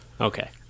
Okay